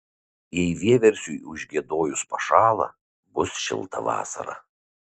jei vieversiui užgiedojus pašąla bus šilta vasara